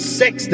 sex